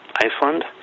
Iceland